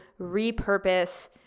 repurpose